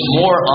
more